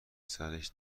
سرش